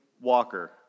walker